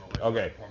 Okay